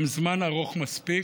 הן זמן ארוך מספיק.